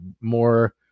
more